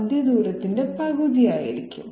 മധ്യ ദൂരത്തിന്റെ പകുതിയായിരിക്കും